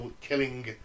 killing